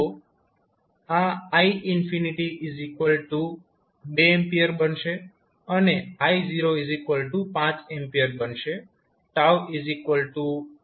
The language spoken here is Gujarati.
તો આ i2 A બનશે અને i5 A બનશે 115છે